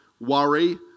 worry